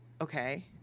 Okay